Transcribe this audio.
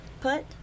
put